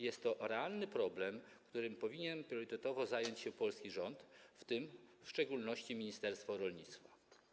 Jest to realny problem, którym jako priorytetem powinien zająć się polski rząd, w tym w szczególności ministerstwo rolnictwa.